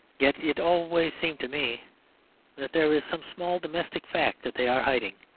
yet it always seems to me that there is some small domestic fact that they are hiding,